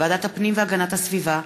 ועדת הפנים והגנת הסביבה,